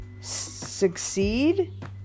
succeed